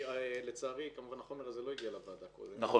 כי לצערי כמובן החומר הזה לא הגיע לוועדה --- נכון,